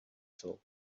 soul